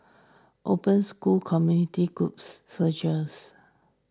open school community groups searchers